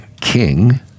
king